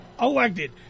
elected